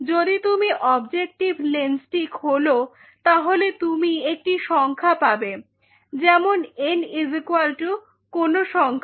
যদি তুমি অবজেক্টিভ লেন্সটি খোলো তাহলে তুমি একটি সংখ্যা পাবে যেমন n কোন সংখ্যা